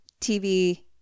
tv